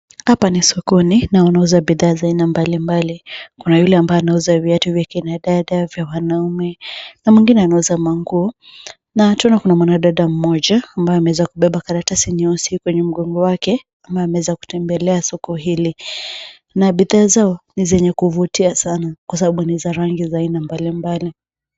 Hapa ni sokoni na wanauza bidhaa za aina mbalimbali. Kuna yule ambaye anauza viatu vya kina dada, vya wanaume na mwingine anauza manguo na tunaona kuna mwanadada mmoja ambaye amewezea kubeba karatasi nyeusi kwenye mgongo wake ama ameweza kutembelea soko hili na bidhaa zao ni zenye kuvutia sana kwa sababu ni za aina za rangi mbalimbali.